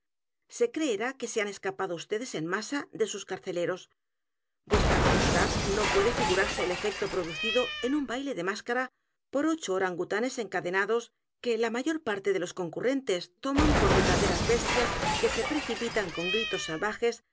se creerá que se han escapado y d s hop frog en masa de sus carceleros vuestra majestad no puede figurarse el efecto producido en un baile de máscara por ocho orangutanes encadenados que la mayor p a r t e de los concurrentes toman por verdaderas bestias que se precipitan con gritos salvajes